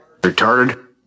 Retarded